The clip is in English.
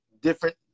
Different